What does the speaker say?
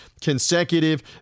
consecutive